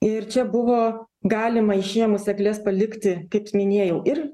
ir čia buvo galima išėmus egles palikti kaip minėjau ir